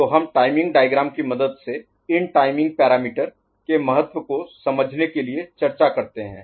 तो हम timing diagram की मदद से इन टाइमिंग पैरामीटर के महत्व को समझने के लिए चर्चा करते हैं